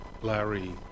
Larry